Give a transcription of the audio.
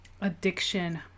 addiction